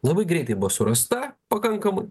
labai greitai buvo surasta pakankamai